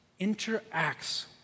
interacts